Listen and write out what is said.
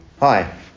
Hi